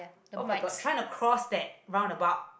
oh-my-god trying to cross that round about